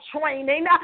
training